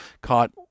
caught